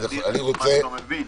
אני ממש לא מבין.